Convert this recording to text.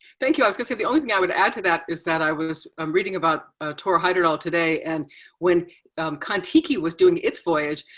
thank you. i was gonna say the only thing i would add to that is that i was um reading about thor heyerdahl today. and when kon-tiki was doing its voyage,